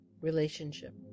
relationship